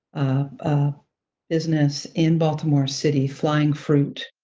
ah business in baltimore city, flying fruit,